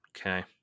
Okay